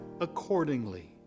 accordingly